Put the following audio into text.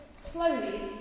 slowly